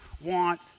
want